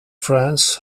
friends